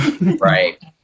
Right